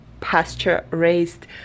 pasture-raised